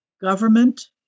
government